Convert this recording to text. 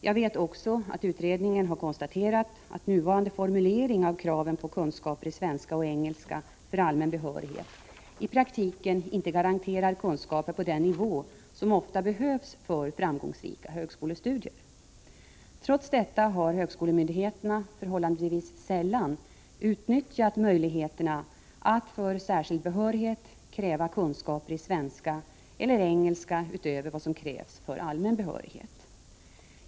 Jag vet också att utredningen har konstaterat att nuvarande formulering av kraven på kunskaper i svenska och engelska för allmän behörighet i praktiken inte garanterar kunskaper på den nivå som ofta behövs för framgångsrika högskolestudier. Trots detta har högskolemyndigheterna förhållandevis sällan utnyttjat möjligheterna att för särskild behörighet kräva kunskaper i svenska eller engelska utöver vad som krävs för allmän behörighet.